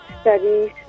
studies